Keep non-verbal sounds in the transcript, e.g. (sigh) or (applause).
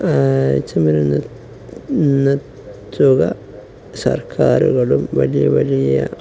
(unintelligible) നിര്ത്തുക സർക്കാരുകളും വലിയ വലിയ